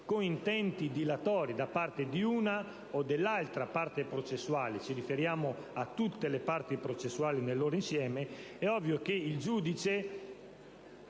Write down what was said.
con intenti dilatori da parte dell'una o dell'altra parte processuale (ci riferiamo a tutte le parti processuali nel loro insieme), è necessario che il giudice